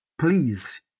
please